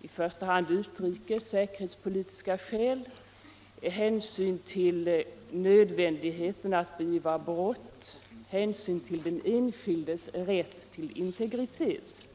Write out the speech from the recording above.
i första hand av utrikesoch säkerhetspolitiska skäl, av nödvändigheten att beivra brott och av den enskildes rätt till integritet.